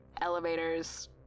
Elevators